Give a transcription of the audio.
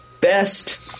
best